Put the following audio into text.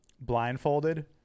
blindfolded